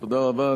תודה רבה.